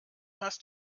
hast